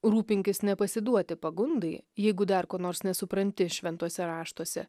rūpinkis nepasiduoti pagundai jeigu dar ko nors nesupranti šventuose raštuose